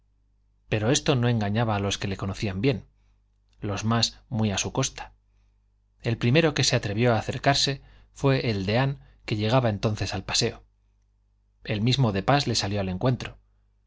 pero esto no engañaba a los que le conocían bien los más muy a su costa el primero que se atrevió a acercarse fue el deán que llegaba entonces al paseo el mismo de pas le salió al encuentro